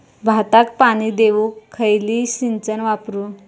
भाताक पाणी देऊक खयली सिंचन वापरू?